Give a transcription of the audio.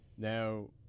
Now